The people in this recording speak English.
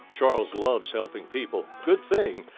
charles loves helping people. good thing,